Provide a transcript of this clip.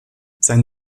sein